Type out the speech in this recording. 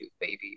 baby